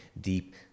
deep